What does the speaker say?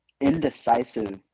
indecisive